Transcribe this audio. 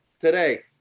Today